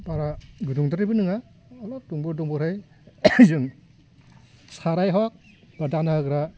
बारा गुदुंद्रायबो नङा अलब दुंबुर दुंबुरहाय जों साराय हग दाना होग्रा